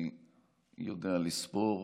אז אם אני יודע לספור,